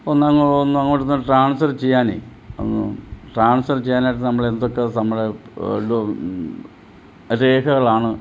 ഒന്ന് അങ്ങോട്ട് ഒന്ന് ട്രാൻസ്ഫർ ചെയ്യാൻ ഒന്ന് ട്രാൻസ്ഫർ ചെയ്യാനായിട്ട് നമ്മൾ എന്തൊക്കെ നമ്മൾ രേഖകളാണ്